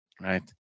Right